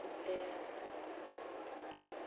अं ते